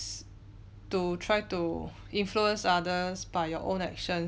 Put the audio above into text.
to try to influence others by your own actions